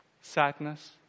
Sadness